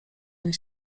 ten